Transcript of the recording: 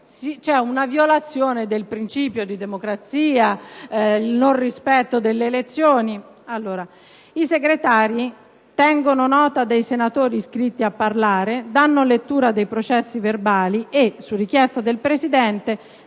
c'è una violazione del principio di democrazia e il mancato rispetto delle elezioni. «I Segretari... tengono nota dei senatori iscritti a parlare; danno lettura dei processi verbali e, su richiesta del Presidente,